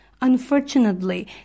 Unfortunately